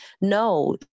No